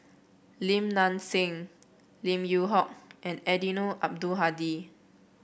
Lim Nang Seng Lim Yew Hock and Eddino Abdul Hadi